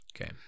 Okay